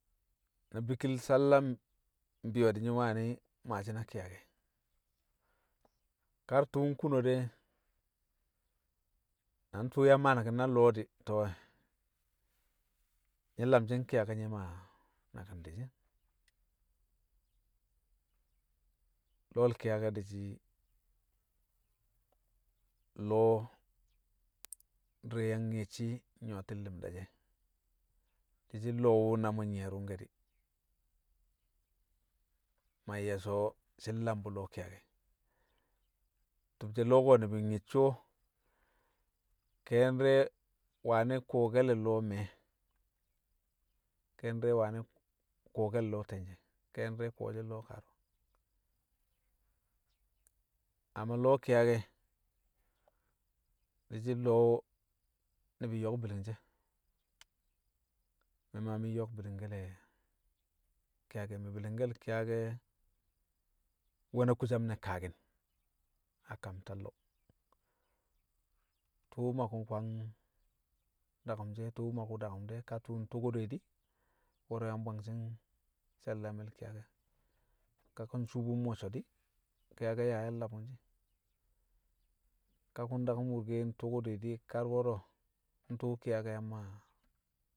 Na bikil salla mbi̱yo̱ di̱ nyi̱ wani̱ maashi̱ na ki̱yake̱. Kar tṵṵ nkuno de na ntu̱u̱ yang mmaa naki̱n na lo̱ di̱ to̱, nyi̱ lamshi̱ nki̱yake̱ nyi̱ maa naki̱n di̱shi̱n. Lo̱l ki̱yake̱ di̱shi̱ lo̱ di̱re̱ yang nyedshi nyṵwo̱ti̱n li̱mda shẹ. Di̱ shị lo̱ wṵ na mu̱ nyi̱ye̱ rṵngke̱ di̱ ma nye̱ so̱ shi̱ nlam bu̱ lo̱ ki̱yake̱. Ti̱bshe̱ lo̱ ko̱ ni̱bi̱ nyedshi o, ke̱e̱shi̱ ndi̱re̱ wani̱ ku̱wo̱ke̱ lẹ lo̱ mẹe̱, ke̱e̱shi̱ ndi̱rẹ wani̱ ku̱wo̱kẹl lo̱ te̱nje̱, ke̱e̱shi̱ ndi̱re̱ ku̱wu̱shi̱ nlo kaaru̱wa. Amma lo̱ ki̱yake̱ di̱shi̱ lo̱ ni̱bi̱ nyo̱k bi̱li̱ngshi̱ e̱, mi̱ ma mi̱ nyo̱k bi̱li̱ngke̱le̱ ki̱yake̱. Mi̱ bi̱li̱ke̱l ki̱yake̱ nwe̱ na kusam ne̱ kaaki̱n a kam tallo̱, tṵṵ ma ku̱ kwang daku̱m she tṵṵ ma kṵ dakṵm de̱ ka tṵṵ ntokode di̱ wo̱ro̱ yang bwangshi̱ nshe̱l- dangme̱l ki̱yake̱. Ka kṵ nshuubu mo̱cco̱ di̱ ki̱yake̱ ya yang labu̱ngshi̱. Ka ku̱ ndaku̱m wurke ntokode di̱ kar wo̱ro̱ ntu̱u̱ ki̱yake̱ yang maa